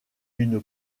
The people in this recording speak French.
d’une